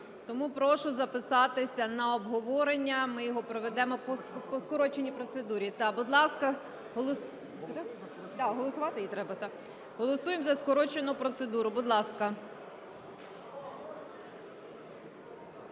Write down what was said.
Тому прошу записатися на обговорення, ми його проведемо по скороченій процедурі. Будь ласка, голосуємо за скорочену процедуру, будь ласка.